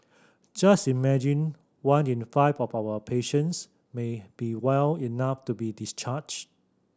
just imagine one in five of our patients may be well enough to be discharged